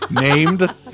Named